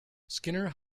skinner